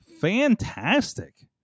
Fantastic